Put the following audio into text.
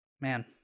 man